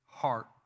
heart